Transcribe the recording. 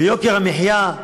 ביוקר המחיה.